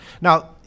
Now